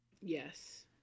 Yes